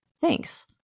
Thanks